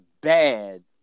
bad